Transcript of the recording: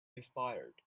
expired